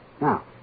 Now